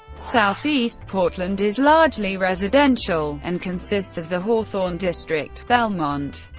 southeast portland is largely residential, and consists of the hawthorne district, belmont,